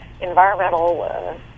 environmental